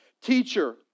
Teacher